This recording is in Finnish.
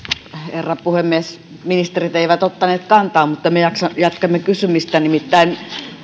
herra puhemies ministerit eivät ottaneet kantaa mutta me jatkamme kysymistä nimittäin